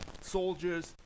soldiers